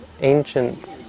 ancient